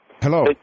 Hello